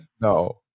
No